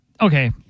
Okay